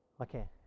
Okay